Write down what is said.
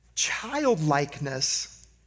Childlikeness